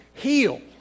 Heal